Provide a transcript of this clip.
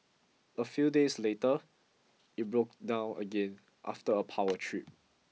a few days later it broke down again after a power trip